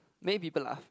make people laugh